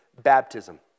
baptism